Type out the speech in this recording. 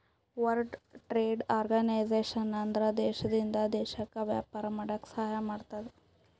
world trade organization ಅಂದುರ್ ದೇಶದಿಂದ್ ದೇಶಕ್ಕ ವ್ಯಾಪಾರ ಮಾಡಾಕ ಸಹಾಯ ಮಾಡ್ತುದ್